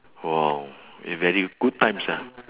!wow! it's very good times ah